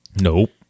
Nope